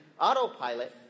autopilot